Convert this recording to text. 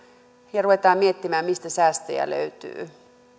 ja ruvetaan miettimään mistä säästöjä löytyy